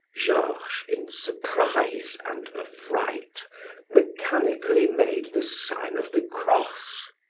georges, in surprise and affright, mechanically made the sign of the cross.